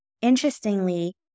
interestingly